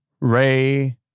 Ray